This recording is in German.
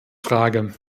frage